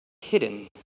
hidden